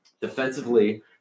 defensively